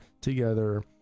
together